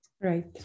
Right